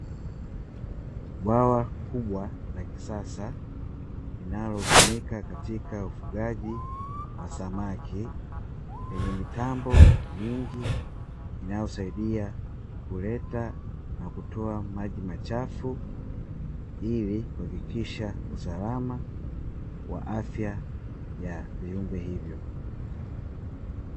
Bwawa kubwa la kisasa linalotumika kwa ufugaji wa samaki lenye mitambo mingi, inayosaidia kuleta na kutoa maji machafu ili kuhakikisha usalama wa afya wa viumbe hivyo.